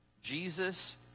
Jesus